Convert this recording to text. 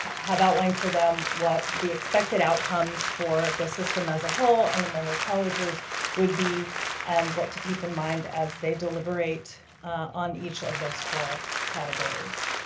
have outlined for them what the expected outcomes for the system as a whole and the member colleges would be and what to keep in mind as they deliberate on each of those four categories.